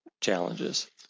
challenges